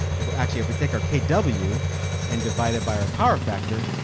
if we actually ever take our kw and divide it by our power factor,